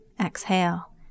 Exhale